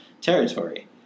territory